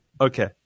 Okay